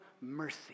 mercy